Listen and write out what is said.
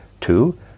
two